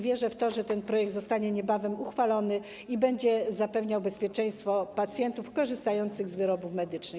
Wierzę w to, że ten projekt zostanie niebawem uchwalony i będzie zapewniał bezpieczeństwo pacjentów korzystających z wyrobów medycznych.